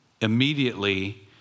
Immediately